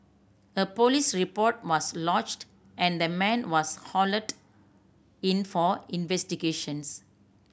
a police report was lodged and the man was hauled in for investigations